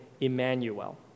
Emmanuel